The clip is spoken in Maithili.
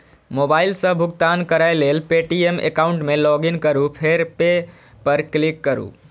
मोबाइल सं भुगतान करै लेल पे.टी.एम एकाउंट मे लॉगइन करू फेर पे पर क्लिक करू